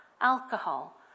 Alcohol